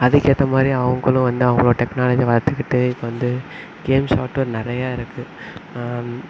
அதுக்கேற்ற மாதிரி அவங்களும் வந்து அவங்களோட டெக்னாலஜி வளர்த்துக்கிட்டு இப்போ வந்து கேம்ஸ் சாஃப்ட்வேர் நிறைய இருக்குது